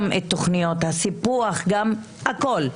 גם את תוכניות הסיפוח הכול.